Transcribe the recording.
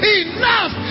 enough